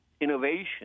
innovation